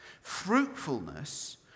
Fruitfulness